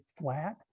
flat